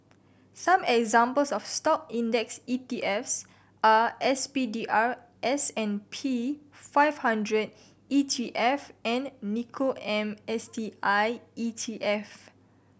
some examples of Stock index E T Fs are S P D R S and P five hundred E T F and Nikko am S T I E T F